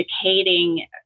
educating